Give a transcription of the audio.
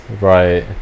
Right